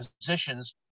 positions